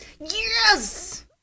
Yes